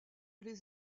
les